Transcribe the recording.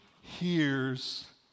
hears